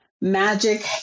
magic